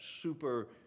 super